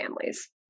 families